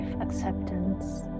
acceptance